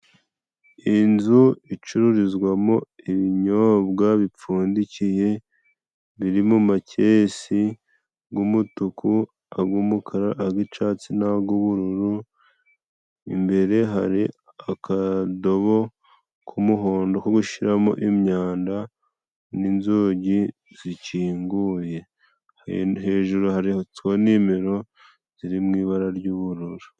Inzu icururizwamo ibinyobwa bipfundikiye, biri muma kesi, g'umutuku, ag'umukara, ag'icatsi, nag'ubururu. Imbere, hari akadobo k'umuhondo ko gushiramo imyanda, n'inzugi zikinguye. Hejuru, hari handisweho nimero, ziri mw'ibara ry'ubururu.